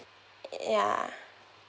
ya